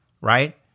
right